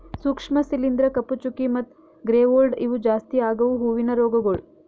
ಸೂಕ್ಷ್ಮ ಶಿಲೀಂಧ್ರ, ಕಪ್ಪು ಚುಕ್ಕಿ ಮತ್ತ ಗ್ರೇ ಮೋಲ್ಡ್ ಇವು ಜಾಸ್ತಿ ಆಗವು ಹೂವಿನ ರೋಗಗೊಳ್